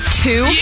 two